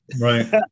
Right